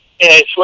yes